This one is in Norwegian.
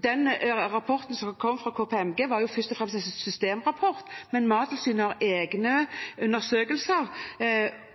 den rapporten som kom fra KPMG, først og fremst var en systemrapport, men Mattilsynet har egne undersøkelser